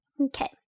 Okay